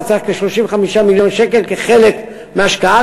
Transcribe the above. אתה צריך כ-35 מיליון שקל כחלק מההשקעה,